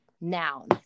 noun